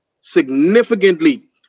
significantly